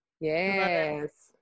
yes